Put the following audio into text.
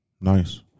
Nice